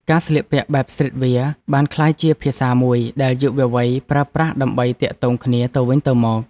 ការស្លៀកពាក់បែបស្ទ្រីតវែរ បានក្លាយជាភាសាមួយដែលយុវវ័យប្រើប្រាស់ដើម្បីទាក់ទងគ្នាទៅវិញទៅមក។